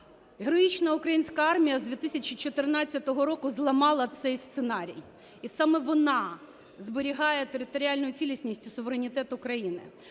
Героїчна українська армія з 2014 року зламала цей сценарій. І саме вона зберігає територіальну цілісність і суверенітет України.